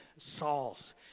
Saul's